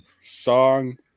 song